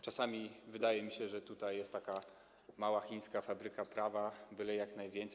Czasami wydaje mi się, że tutaj jest taka mała chińska fabryka prawa - byle jak najwięcej.